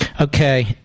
okay